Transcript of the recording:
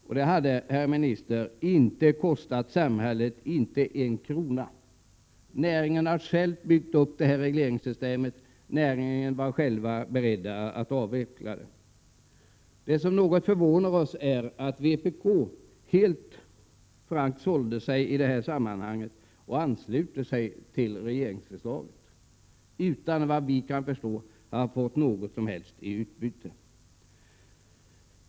Detta hade, herr minister, inte kostat samhället en krona. Näringen har själv byggt upp regleringssystemet, och näringen var beredd att på egen hand avveckla det. Det som något förvånar oss är att vpk helt frankt sålde sig i detta sammanhang och anslöt sig till regeringsförslaget, utan att, vad vi kan förstå, ha fått något som helst i utbyte.